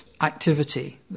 activity